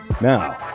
Now